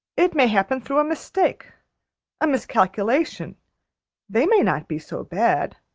it may happen through a mistake a miscalculation they may not be so bad.